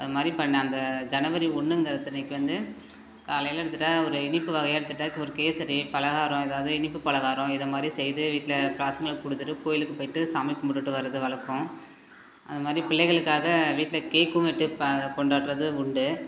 அது மாதிரி பண்ண அந்த ஜனவரி ஒன்றுங்கறத்தனைக்கு வந்து காலையில் எடுத்துகிட்டா ஒரு இனிப்பு வகையை எடுத்துகிட்டா ஒரு கேசரி பலகாரம் ஏதாவது இனிப்பு பலகாரம் இது மாதிரி செய்து வீட்டில் பசங்களுக்கு கொடுத்துட்டு கோவிலுக்கு போய்விட்டு சாமி கும்பிட்டு வர்றது வழக்கோம் அது மாதிரி பிள்ளைகளுக்காக வீட்டில் கேக்கும் வெட்டி பா கொண்டாடுவது உண்டு